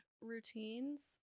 routines